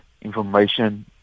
Information